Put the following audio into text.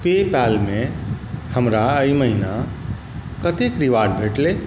पेपैलमे हमरा एहि महिना कतेक रिवार्ड भेटलै